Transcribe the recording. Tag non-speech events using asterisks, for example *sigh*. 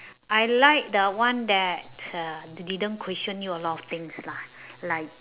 *breath* I like the one that uh didn't question you a lot of things lah like